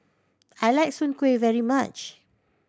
I like Soon Kueh very much